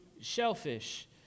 shellfish